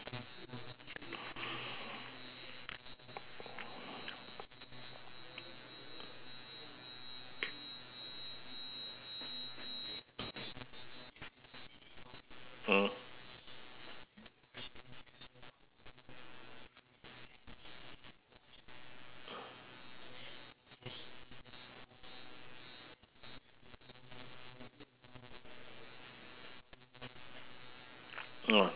hmm